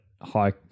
high